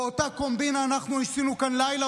ואותה קומבינה אנחנו עשינו כאן בלילה